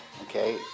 Okay